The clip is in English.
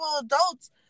adults